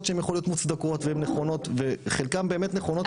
שהם יכול להיות מוצדקות והן נכונות וחלקן באמת נכונות.